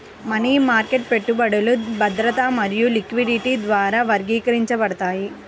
money market పెట్టుబడులు భద్రత మరియు లిక్విడిటీ ద్వారా వర్గీకరించబడతాయి